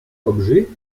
objet